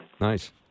Nice